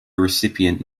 recipient